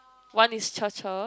one is